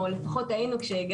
כך לפחות היה כשהגענו,